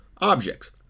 objects